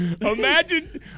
Imagine